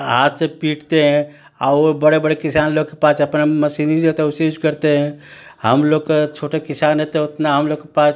हाथ से पीटते हैं वो बड़े बड़े किसान लोग के पास अपना मसीनरी रहता है उसी करते हैं हम लोग का छोटे किसान हैं तो उतना हम लोग के पास